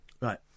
Right